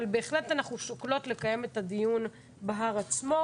אבל בהחלט אנחנו שוקלות לקיים את הדיון בהר עצמו,